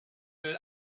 will